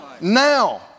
Now